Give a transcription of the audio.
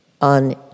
on